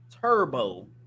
turbo